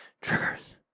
triggers